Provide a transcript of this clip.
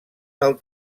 del